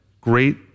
great